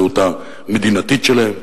הזהות המדינתית שלהם.